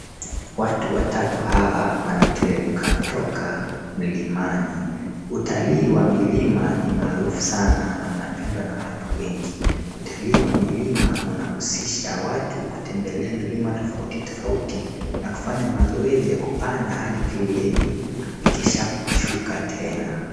Watu watatu hawa wanateremka kutoka milimani. Utalii wa milima maarufu sana na watu wengi. Utalii wa milima unahusisha watu kutembelea milima tofautitofauti na kufanya mazoezi ya kupanda hadi kileleni kisha kushuka tena.